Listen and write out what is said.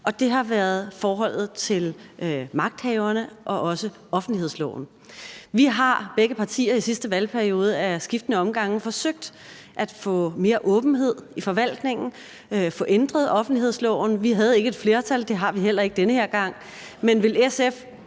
og det har været forholdet til magthaverne og også offentlighedsloven. Vi har i begge partier i sidste valgperiode af skiftende omgange forsøgt at få mere åbenhed i forvaltningen og at få ændret offentlighedsloven. Vi havde ikke et flertal, og det har vi heller ikke den her gang, men vil SF